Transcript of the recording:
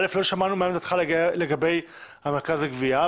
לא שמענו ממך מה עמדתך לגבי המרכז לגבייה.